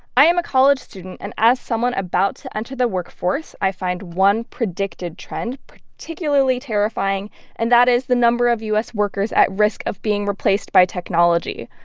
i am a college student. and as someone about to enter the workforce, i find one predicted trend particularly terrifying terrifying and that is the number of u s. workers at risk of being replaced by technology.